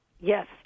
Yes